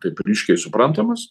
taip ryškiai suprantamas